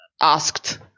asked